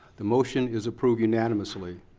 the motion is approved unanimously.